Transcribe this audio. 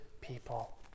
people